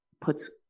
Puts